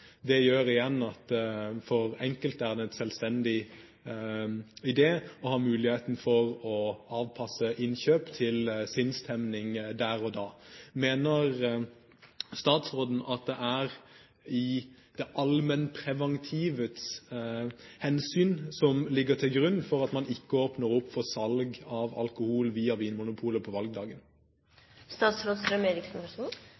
Det gjør igjen at for enkelte er det en selvstendig idé å ha muligheten til å avpasse innkjøp etter sinnsstemning der og da. Mener statsråden at det er det allmennpreventive hensyn som ligger til grunn for at man ikke åpner opp for salg av alkohol via Vinmonopolet på